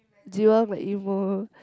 jiwang like emo